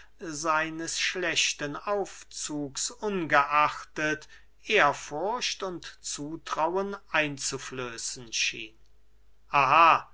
seines schlechten aufzugs ungeachtet ehrfurcht und zutrauen einzuflößen schien aha